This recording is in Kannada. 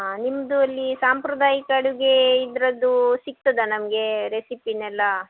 ನಿಮ್ಮದು ಅಲ್ಲಿ ಸಾಂಪ್ರದಾಯಿಕ ಅಡುಗೆ ಇದರದ್ದು ಸಿಗ್ತದ್ಯ ನಮಗೆ ರೆಸಿಪಿನೆಲ್ಲ